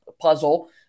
puzzle